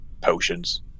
potions